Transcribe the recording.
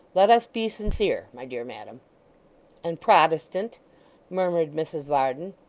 let us be sincere, my dear madam and protestant murmured mrs varden.